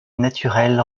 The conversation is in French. naturel